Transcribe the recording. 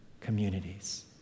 communities